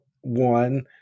one